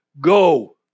Go